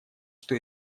что